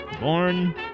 Born